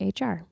HR